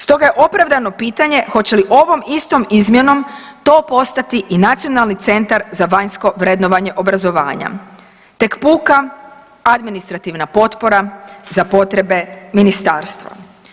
Stoga je opravdano pitanje hoće li ovom istom izmjenom to postati i Nacionalni centar za vanjsko vrednovanje obrazovanja, tek puka administrativna potpora za potrebe ministarstva.